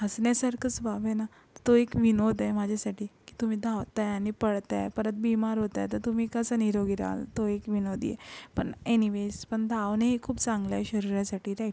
हसण्यासारखंच बाब आहे ना तो एक विनोद आहे माझ्यासाठी की तुम्ही धावताय आणि पळताय परत बिमार होताय तर तुम्ही कसं निरोगी रहाल तो एक विनोदी आहे पण एनीवेस पण धावणे हे खूप चांगलं आहे शरीरासाठी राईट